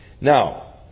Now